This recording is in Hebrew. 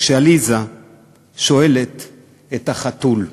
כשעליסה שואלת את החתול: